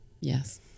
Yes